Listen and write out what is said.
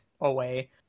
away